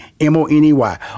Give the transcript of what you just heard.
M-O-N-E-Y